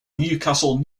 newcastle